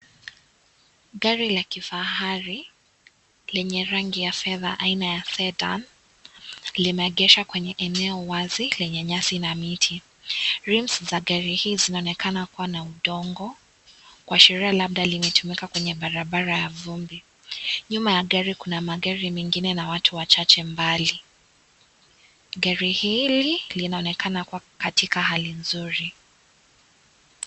Gari la kifahari lenye rangi ya fedha aina ya Fedan limeegeshwa kwenye eneo wazi lenye nyasi na miti. Rims za gari hii zinaonekana kuwa na udongo, kuashiria labda limetumika kwenye barabara ya vumbi. Nyuma ya gari kuna magari mengine na watu wachache mbali. Gari hili linaonekana kuwa katika hali mzuri.